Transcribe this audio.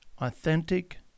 authentic